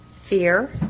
fear